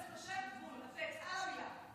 זה יושב בול בטקסט, על המילה.